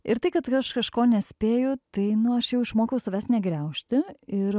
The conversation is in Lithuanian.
ir tai kad aš kažko nespėju tai nu aš jau išmokau savęs negriaužti ir